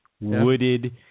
wooded